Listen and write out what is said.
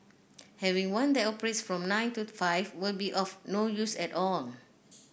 having one that operates from nine to five will be of no use at all